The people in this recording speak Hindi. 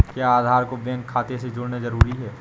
क्या आधार को बैंक खाते से जोड़ना जरूरी है?